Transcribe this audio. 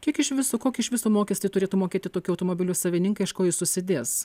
kiek iš viso kokį iš viso mokestį turėtų mokėti tokių automobilių savininkai iš ko jis susidės